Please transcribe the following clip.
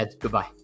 goodbye